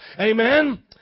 Amen